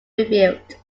rebuilt